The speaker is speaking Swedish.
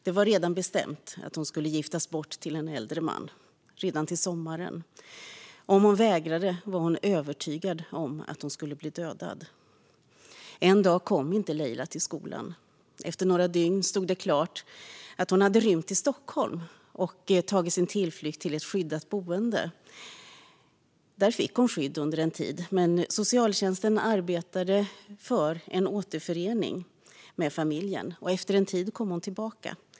Det var redan bestämt att hon skulle giftas bort till en äldre man redan till sommaren. Om hon vägrade var hon övertygad om att hon skulle bli dödad. En dag kom inte Leila till skolan. Efter några dygn stod det klart att hon hade rymt till Stockholm och tagit sin tillflykt till ett skyddat boende. Där fick hon skydd under en tid. Men socialtjänsten arbetade för en återförening med familjen, och efter en tid kom hon tillbaka.